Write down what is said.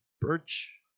birch